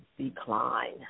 decline